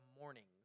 mornings